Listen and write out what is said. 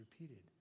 repeated